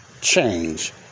change